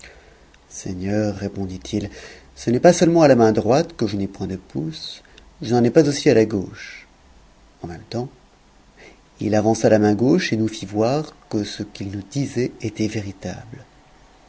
seigneur répondit-il ce n'est pas seulement à la main droite que je n'ai point de pouce je n'en ai pas aussi à la gauche en même temps il avança la main gauche et nous fit voir que ce qu'il nous disait était véritable